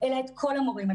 אלא את כל המורים.